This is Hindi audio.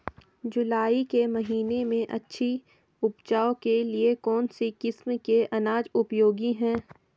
जुलाई के महीने में अच्छी उपज के लिए कौन सी किस्म के अनाज उपयोगी हैं?